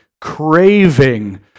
Craving